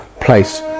place